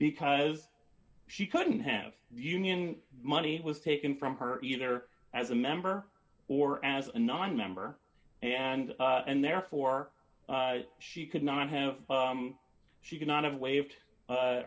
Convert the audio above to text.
because she couldn't have union money was taken from her either as a member or as a nonmember and and therefore she could not have she could not have waived